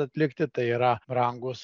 atlikti tai yra brangūs